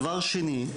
דבר שני,